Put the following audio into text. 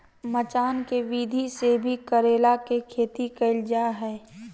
मचान के विधि से भी करेला के खेती कैल जा हय